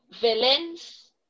villains